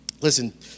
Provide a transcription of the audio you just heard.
Listen